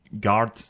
Guard